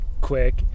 quick